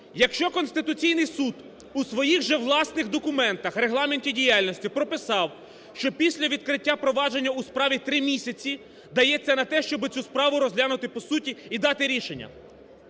Якщо Конституційний Суд у своїх же власних документах, Регламенті діяльності прописав, що після відкриття провадження у справі 3 місяці дається на те, щоби цю справу розглянути по суті і дати рішення,